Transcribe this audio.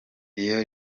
iyo